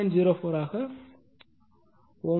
04 Ω ஆகும்